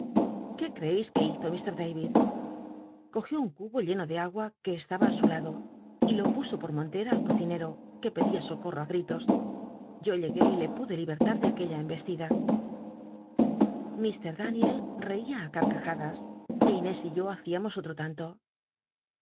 qué cteereis que hizo mt david cogió un cubo lleno de agua que estaba á su lado y lo puso pot monteta al cocinero que pedia socorro á gritos yo llegué y le pude libertar dr aquella embestida iir daniel reia á c lt'cajadas é inés y yo hacíamos otto lanto